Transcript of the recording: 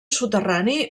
soterrani